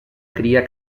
cria